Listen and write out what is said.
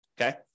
okay